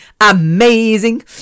amazing